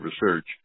research